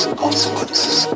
consequences